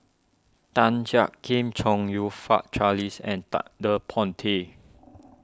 Tan Jiak Kim Chong You Fook Charles and Ted De Ponti